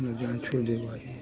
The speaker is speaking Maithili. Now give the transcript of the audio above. हम छोड़ि देलियौ हँ